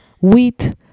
wheat